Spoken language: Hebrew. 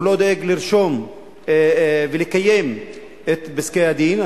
הוא לא דואג לרשום ולקיים את פסקי-הדין,